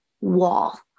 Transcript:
wall